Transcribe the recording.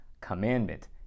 commandment